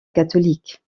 catholique